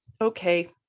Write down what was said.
okay